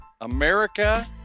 America